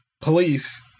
police